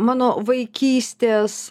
mano vaikystės